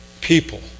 people